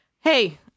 hey